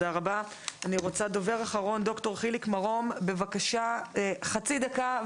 דוקטור חיליק מרום, בבקשה חצי דקה.